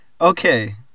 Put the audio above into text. Okay